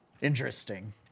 interesting